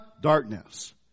darkness